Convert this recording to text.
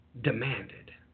demanded